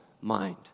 mind